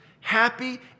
happy